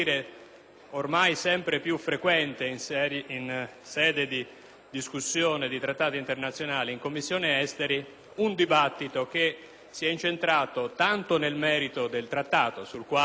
ormai sempre più frequente in sede di discussione di trattati internazionali in Commissione esteri - un dibattito che si è incentrato tanto nel merito dell'Accordo quanto,